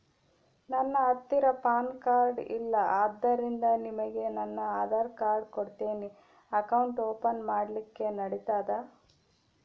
ನನ್ನ ಹತ್ತಿರ PAN card ಇಲ್ಲ ಆದ್ದರಿಂದ ನಿಮಗೆ ನನ್ನ ಆಧಾರ್ ಕಾರ್ಡ್ ಕೊಡ್ತೇನಿ ಅಕೌಂಟ್ ಓಪನ್ ಮಾಡ್ಲಿಕ್ಕೆ ನಡಿತದಾ?